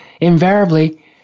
invariably